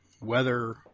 weather